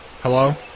Hello